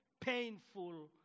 painful